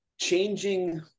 changing